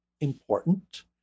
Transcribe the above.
important